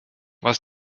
was